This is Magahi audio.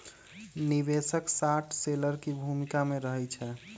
निवेशक शार्ट सेलर की भूमिका में रहइ छै